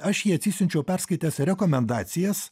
aš jį atsisiunčiau perskaitęs rekomendacijas